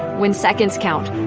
when seconds count,